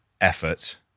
effort